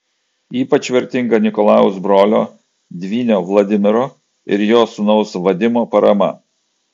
ypač vertinga nikolajaus brolio dvynio vladimiro ir jo sūnaus vadimo parama